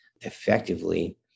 effectively